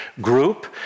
group